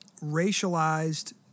racialized